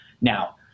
Now